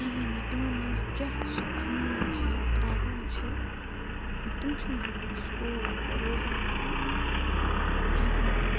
کِہِیٖنۍ یِمَن مَنٛز کیاہ سُہ خٲمی چھِ پرابلَم چھِ زِ تم چھِنہٕ ہیٚکان سکوٗل روزانا یِتھ کِہیٖنۍ